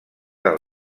del